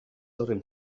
horren